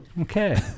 okay